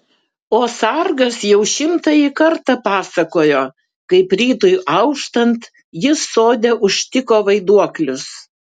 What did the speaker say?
o sargas jau šimtąjį kartą pasakojo kaip rytui auštant jis sode užtiko vaiduoklius